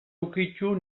ukitu